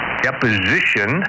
deposition